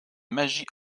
magie